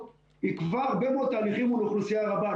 עיכבה הרבה מאוד תהליכים מול אוכלוסייה רבה.